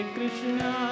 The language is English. Krishna